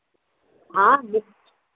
हाँ